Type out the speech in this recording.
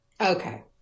Okay